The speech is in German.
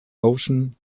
ocean